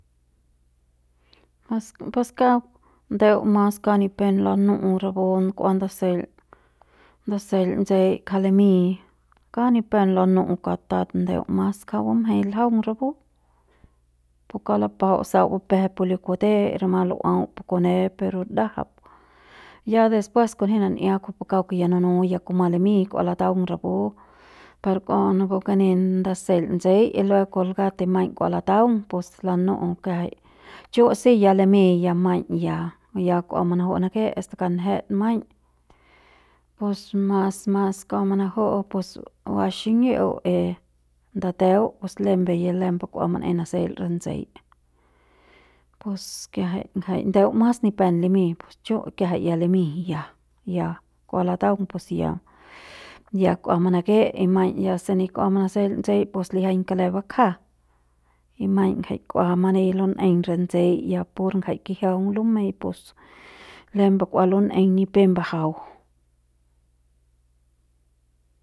Pus kauk ndeu mas kauk ni pep lanu'u rapu kua ndaseil ndaseil tsei ja limiñ kauk ni pep lanu'u katat ndeu mas ngja bumjei ljaung rapu pu kauk lapajau pus sau bupje li kute y rama lu'uau pu kunep pero ndajap ya después kuni nan'ia kujupu kauk ya nunu ya kuma limiñ kua lataung rapu par kua napu kani ndaseil tsei y luego colgate maiñ kua lataung pus lanu'u kiajai chu si ya limiñ ya maiñ ya ya kua manaju'u nake se kanje maiñ pus mas mas kua manaju'u pus baxiñi'iu e ndateu lembe ya lembe ya kua manaseil re tsei pus kiajai ngjai ndeu mas ni pep limiñ chu' kiajai ya limiñ ya, ya kua lataung pus ya, ya kua manake y maiñ ya se ni kua manaseil tsei pues lijiaiñ kale bakja y maiñ ngja kua mani lun'eiñ ntsei ya pur jai kijiaung lumei pus lembu kua lun'eiñ ni pep mbajau.